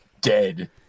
dead